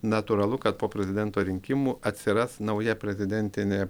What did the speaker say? natūralu kad po prezidento rinkimų atsiras nauja prezidentinė